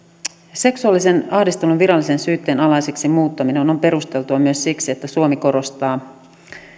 seksuaalisen ahdistelun muuttaminen virallisen syytteen alaiseksi on on perusteltua myös siksi että suomi korostaa ihmisoikeuksia